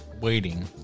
waiting